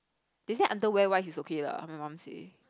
they say underwear wise is okay lah my mum say